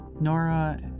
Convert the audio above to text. Nora